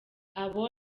abo